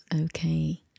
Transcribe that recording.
okay